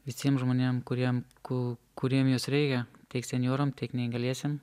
visiems žmonėm kuriems ko kuriem jos reikia tiek senjoram tiek neįgaliesiem